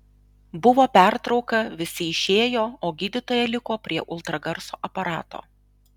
buvo pertrauka visi išėjo o gydytoja liko prie ultragarso aparato